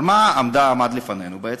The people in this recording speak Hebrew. אבל מה עמד לפנינו, בעצם?